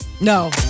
No